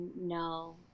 No